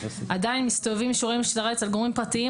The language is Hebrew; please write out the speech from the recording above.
עדיין מסתובבים אישורים על גורמים פרטיים